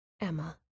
Emma